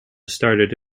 started